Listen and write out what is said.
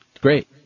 Great